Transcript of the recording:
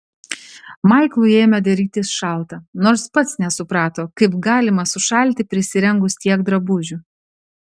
maiklui ėmė darytis šalta nors pats nesuprato kaip galima sušalti prisirengus tiek drabužių